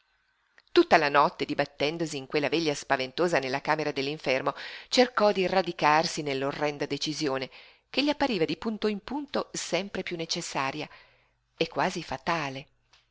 tutta la notte dibattendosi in quella veglia spaventosa nella camera dell'infermo cercò di radicarsi nell'orrenda decisione che gli appariva di punto in punto sempre piú necessaria e quasi fatale